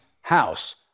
House